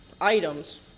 items